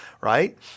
right